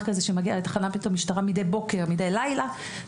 כזה שמגיע לתחנת המשטרה מדי בוקר ומדי לילה,